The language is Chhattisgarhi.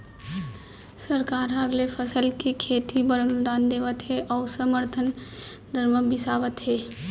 सरकार ह अलगे फसल के खेती बर अनुदान देवत हे अउ समरथन दर म बिसावत हे